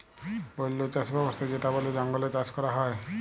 বল্য চাস ব্যবস্থা যেটা বলে জঙ্গলে চাষ ক্যরা হ্যয়